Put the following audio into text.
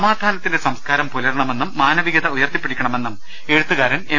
സമാധാനത്തിന്റെ സംസ്കാരം പുലരണമെന്നും മാനവികത ഉയർത്തിപിടിക്കണമെന്നും എഴുത്തു കാരൻ എം